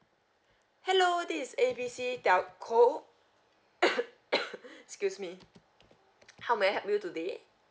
hello this is A B C telco excuse me how may I help you today